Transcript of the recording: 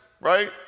right